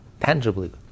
tangibly